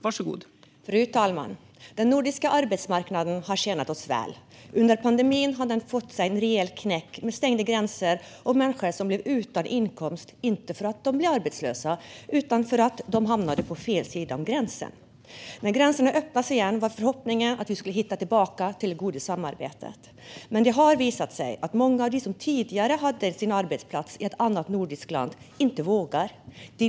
Fru talman! Den nordiska arbetsmarknaden har tjänat oss väl, men under pandemin har den fått sig en rejäl knäck med stängda gränser och människor som blivit utan inkomst - inte för att de blivit arbetslösa utan för att de hamnade på fel sida om gränsen. När gränserna öppnades igen var förhoppningen att vi skulle hitta tillbaka till det goda samarbetet. Men det har visat sig att många av dem som tidigare hade sin arbetsplats i ett annat nordiskt land inte vågar återvända.